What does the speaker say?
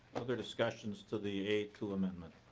other discussions to the a two amendment?